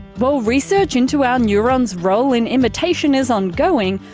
while research into our neurons role in imitation is ongoing,